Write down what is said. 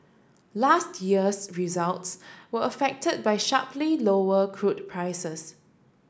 last year's results were affected by sharply lower crude prices